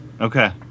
Okay